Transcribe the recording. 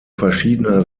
verschiedener